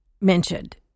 mentioned